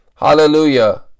Hallelujah